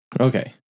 Okay